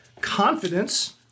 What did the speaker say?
confidence